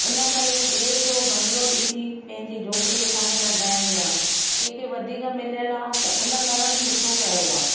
हिन करे बि॒ए जो बंगलो ॾिसी पंहिंजी झोपड़ी असांखे न डाहिणी आ कंहिंखे वधीक मिलियलु आहे त हुन कर्म सुठो कयो आहे